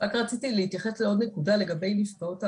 רציתי להתייחס לעוד נקודה לגבי נפגעות העבירה.